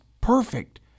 perfect